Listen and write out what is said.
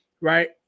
right